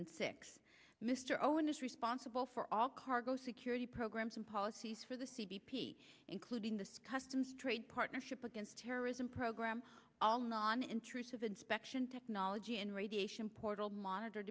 and six mr owen is responsible for all cargo security programs and policies for the c b p including the customs trade partnership against terrorism program all non intrusive inspection technology and radiation portal monitor